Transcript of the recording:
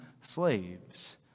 slaves